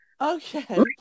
Okay